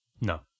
No